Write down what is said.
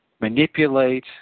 manipulate